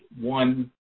one